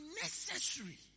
necessary